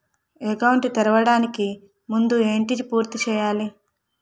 Account తెరవడానికి ముందు ఏంటి పూర్తి చేయాలి?